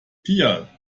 pia